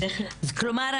כלומר,